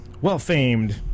well-famed